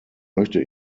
möchte